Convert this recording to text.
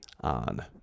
on